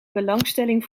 belangstelling